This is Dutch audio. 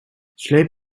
sleep